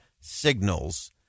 signals